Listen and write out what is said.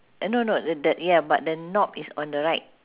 eh no no th~ that ya but the knob is on the right